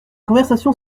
conversation